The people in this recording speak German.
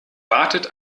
wartet